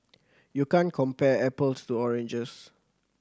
you can't compare apples to oranges